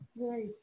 Right